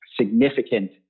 significant